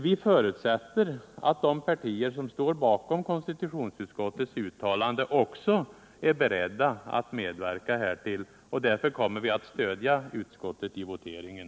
Vi förutsätter att de partier som står bakom konstitutionsutskottets uttalande också är beredda att medverka härtill. Därför kommer vi att stödja utskottet i voteringen.